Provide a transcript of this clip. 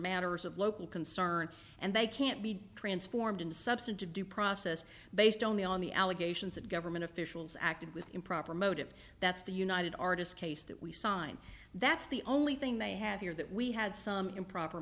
matters of local concern and they can't be transformed in substantive due process based only on the allegations of government officials acted with improper motive that's the united artists case that we sign that's the only thing they have here that we had some improper